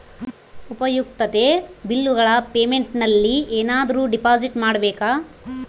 ಉಪಯುಕ್ತತೆ ಬಿಲ್ಲುಗಳ ಪೇಮೆಂಟ್ ನಲ್ಲಿ ಏನಾದರೂ ಡಿಪಾಸಿಟ್ ಮಾಡಬೇಕಾ?